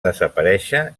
desaparèixer